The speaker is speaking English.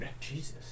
Jesus